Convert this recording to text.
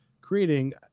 creating